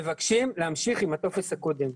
אנחנו מבקשים להמשיך עם הטופס הקודם.